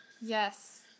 Yes